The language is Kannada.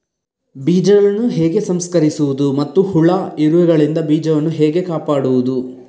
ಬೀಜವನ್ನು ಹೇಗೆ ಸಂಸ್ಕರಿಸುವುದು ಮತ್ತು ಹುಳ, ಇರುವೆಗಳಿಂದ ಬೀಜವನ್ನು ಹೇಗೆ ಕಾಪಾಡುವುದು?